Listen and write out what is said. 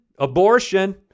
abortion